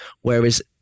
whereas